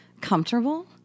comfortable